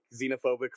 xenophobic